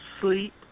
sleep